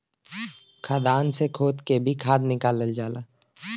खदान से खोद के भी खाद निकालल जाला